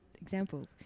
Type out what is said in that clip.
examples